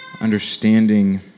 understanding